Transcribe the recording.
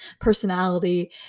personality